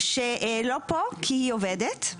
שהיא לא פה כי היא עובדת.